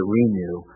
renew